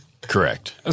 Correct